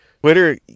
Twitter